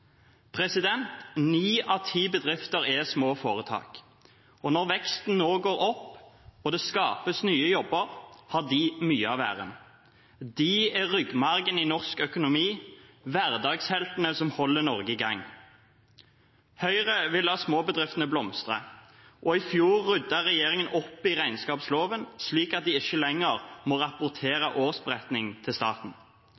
Ni av ti bedrifter er små foretak. Når veksten nå går opp og det skapes nye jobber, har de mye av æren. De er ryggmargen i norsk økonomi, hverdagsheltene som holder Norge i gang. Høyre vil la småbedriftene blomstre. I fjor ryddet regjeringen opp i regnskapsloven, slik at de ikke lenger må